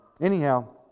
Anyhow